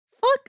Fuck